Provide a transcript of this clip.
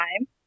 time